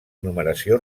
numeració